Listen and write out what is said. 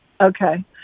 okay